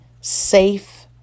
safe